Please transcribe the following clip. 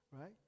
right